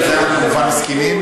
על זה אנחנו כמובן מסכימים.